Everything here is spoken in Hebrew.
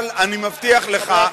אבל אני מבטיח לך,